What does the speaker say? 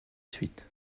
suite